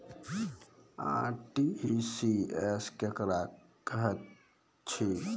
RTGS केकरा कहैत अछि?